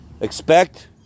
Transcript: Expect